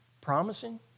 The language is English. promising